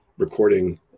recording